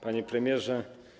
Panie Premierze!